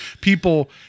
people